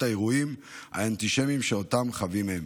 האירועים האנטישמיים שאותם הם חווים.